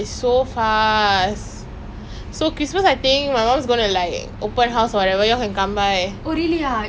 not vegetarian is எனக்கு:enakku I don't know much but is for like some சாமி:saamy thing lah I guess